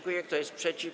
Kto jest przeciw?